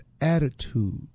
attitude